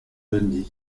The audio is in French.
dundee